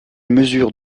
mesure